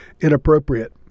inappropriate